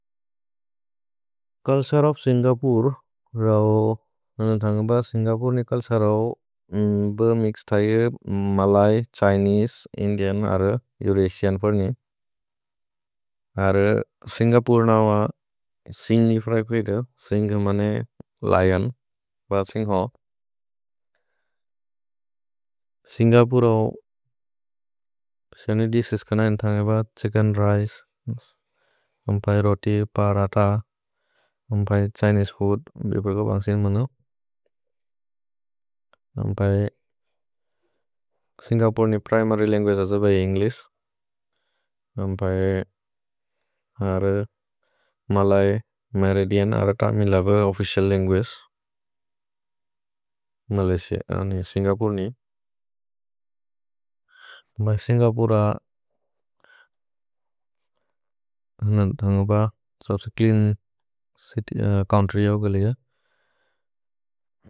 Calls रौप् Singapore रौ, anthanga ba singapurne kalsa rau be mix taye malay, chinese, Indian are eurasian parne। अरे सिन्गपुर्न व सिन्ग् निफ्र कुइत, सिन्ग् मने लिओन् ब सिन्ग् हो। सिन्गपुर् रौ, अन्थन्ग ब छिच्केन् रिचे, रोति, paratha, Chinese food. सिन्गपुर्ने primary language अज ब एन्ग्लिश्। अरे मलय्, मेरिदिअन् are Tamil official language. Singapore रौ, अन्थन्ग ब च्लेअन् चोउन्त्र्य्।